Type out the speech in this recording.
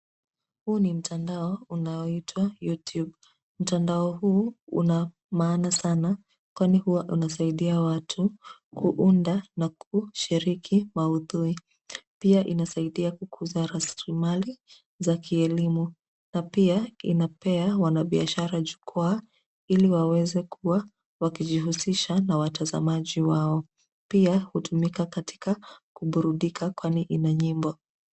Huu ni mtandao unaoitwa Youtube, mtandao huu una maana sana kwani huwa unasaidia watu kuunda na kushiriki maudhui pia inasaidia kukuza rasilimali za ki elimu na pia inapea wanbiashara jukwaa ili waweze kuwa wakijihusisha na watazamaji wao. Pia hutumika katika kuburudika kwani ina nyimbo.